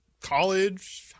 college